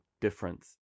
difference